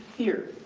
here,